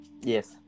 Yes